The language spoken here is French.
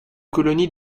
colonie